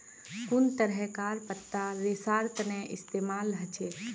कुन तरहकार पत्ता रेशार तने इस्तेमाल हछेक